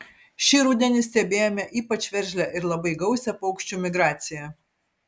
šį rudenį stebėjome ypač veržlią ir labai gausią paukščių migraciją